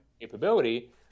capability